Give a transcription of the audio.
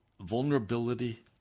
vulnerability